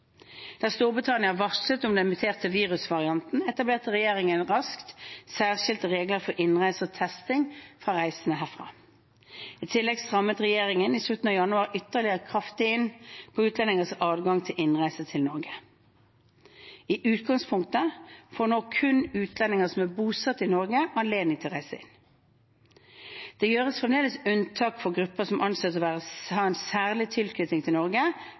Da Storbritannia varslet om den muterte virusvarianten, etablerte regjeringen raskt særskilte regler for innreise og testing for reisende derfra. I tillegg strammet regjeringen i slutten av januar ytterligere kraftig inn på utlendingers adgang til innreise til Norge. I utgangspunktet får nå kun utlendinger som er bosatt i Norge, anledning til å reise inn. Det gjøres fremdeles unntak for grupper som anses å ha en særlig tilknytning til Norge